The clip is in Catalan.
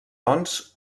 doncs